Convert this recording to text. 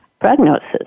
prognosis